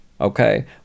okay